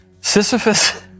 Sisyphus